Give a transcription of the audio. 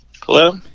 Hello